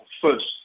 first